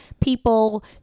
people